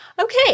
Okay